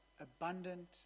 abundant